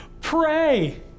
Pray